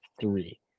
three